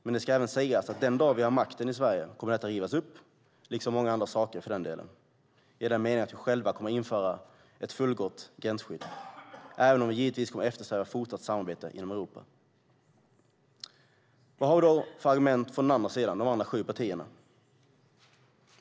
Men det ska även sägas att den dag vi har makten i Sverige kommer detta att rivas upp, liksom många andra saker för den delen, i den meningen att vi själva kommer att införa fullgott gränsskydd även om vi givetvis kommer att eftersträva fortsatt samarbete inom Europa. Vad har man då för argument på den andra sidan, alltså hos de andra sju partierna?